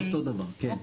אותו דבר, כן.